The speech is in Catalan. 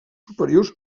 superiors